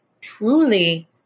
truly